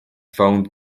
found